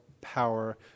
power